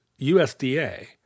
USDA